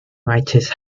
writers